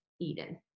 Eden